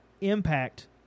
impact